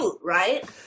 right